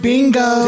Bingo